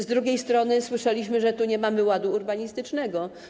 Z drugiej strony słyszeliśmy, że nie mamy tu ładu urbanistycznego.